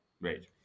Right